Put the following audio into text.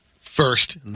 first